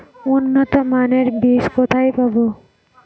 উন্নতমানের বীজ কোথায় পাব?